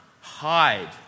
hide